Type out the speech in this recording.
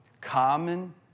common